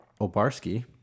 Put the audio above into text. Obarski